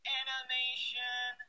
animation